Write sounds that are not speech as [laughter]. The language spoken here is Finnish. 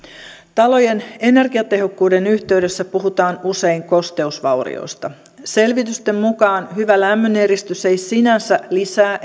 talojen energiatehokkuuden yhteydessä puhutaan usein kosteusvaurioista selvitysten mukaan hyvä lämmöneristys ei sinänsä lisää [unintelligible]